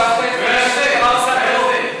דווקא המשטרה עושה טוב.